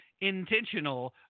intentional